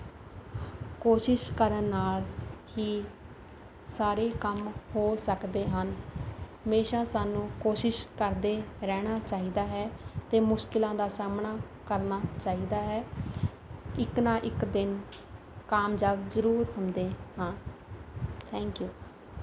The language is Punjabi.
ਕੋਸ਼ਿਸ਼ ਕਰਨ ਨਾਲ ਹੀ ਸਾਰੇ ਕੰਮ ਹੋ ਸਕਦੇ ਹਨ ਹਮੇਸ਼ਾਂ ਸਾਨੂੰ ਕੋਸ਼ਿਸ਼ ਕਰਦੇ ਰਹਿਣਾ ਚਾਹੀਦਾ ਹੈ ਅਤੇ ਮੁਸ਼ਕਿਲਾਂ ਦਾ ਸਾਹਮਣਾ ਕਰਨਾ ਚਾਹੀਦਾ ਹੈ ਇੱਕ ਨਾ ਇੱਕ ਦਿਨ ਕਾਮਯਾਬ ਜ਼ਰੂਰ ਹੁੰਦੇ ਹਾਂ ਥੈਂਕ ਯੂ